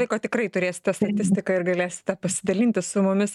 laiko tikrai turėsite statistiką ir galėsite pasidalinti su mumis